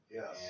Yes